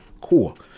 Cool